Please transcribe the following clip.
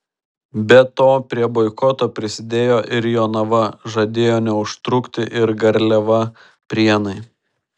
be to prie boikoto prisidėjo ir jonava žadėjo neužtrukti ir garliava prienai